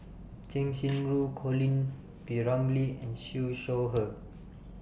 Cheng Xinru Colin P Ramlee and Siew Shaw Her